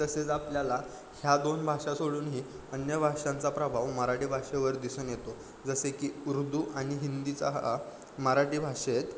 तसेच आपल्याला ह्या दोन भाषा सोडूनही अन्य भाषांचा प्रभाव मराठी भाषेवर दिसून येतो जसे की उर्दू आणि हिंदीचा हा मराठी भाषेत